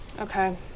Okay